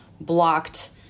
blocked